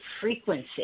frequency